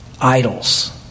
idols